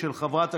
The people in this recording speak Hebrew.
התשפ"א 2021,